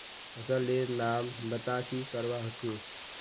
फसल लेर नाम बता की करवा होचे?